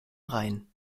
rhein